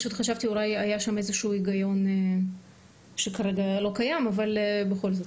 חשבתי שאולי היה שם איזה שהוא היגיון שכרגע לא קיים אבל בסדר.